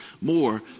more